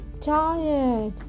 tired